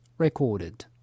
recorded